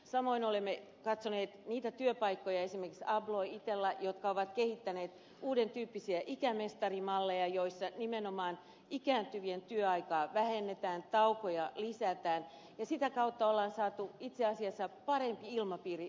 samoin olemme katsoneet niitä työpaikkoja esimerkiksi abloy ja itella jotka ovat kehittäneet uuden tyyppisiä ikämestarimalleja joissa nimenomaan ikääntyvien työaikaa vähennetään taukoja lisätään ja sitä kautta on saatu itse asiassa parempi ilmapiiri työympäristöön